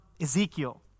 Ezekiel